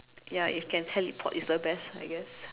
ya if can teleport is the best I guess